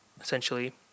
essentially